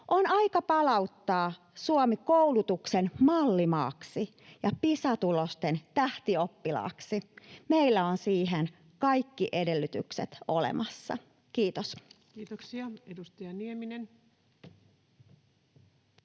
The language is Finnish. On aika palauttaa Suomi koulutuksen mallimaaksi ja Pisa-tulosten tähtioppilaaksi. Meillä on siihen kaikki edellytykset olemassa. — Kiitos. [Speech